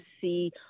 see